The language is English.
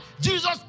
Jesus